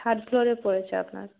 third ফ্লোরে পড়েছে আপনার